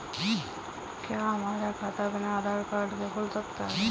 क्या हमारा खाता बिना आधार कार्ड के खुल सकता है?